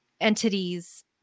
entities